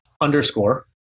underscore